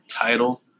title